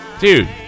dude